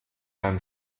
einem